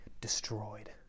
destroyed